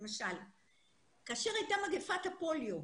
כאשר הייתה מגיפת הפוליו,